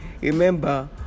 Remember